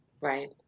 Right